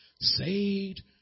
Saved